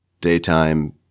daytime